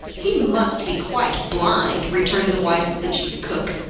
he must be quite blind, returned the wife of the chief cook.